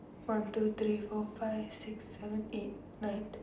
one two three four five six seven eight nine